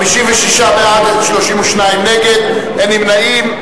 56 בעד, 32 נגד, אין נמנעים.